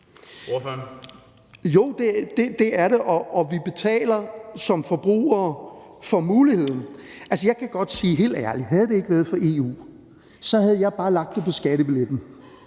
Jo, det er det, og vi betaler som forbrugere for muligheden. Jeg kan godt sige helt ærligt, at havde det ikke været for EU, havde jeg bare lagt det på skattebilletten.